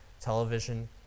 television